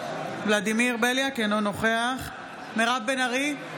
אינו נוכח מירב בן ארי,